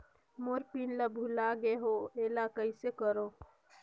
मोर pin ला भुला गे हो एला कइसे करो?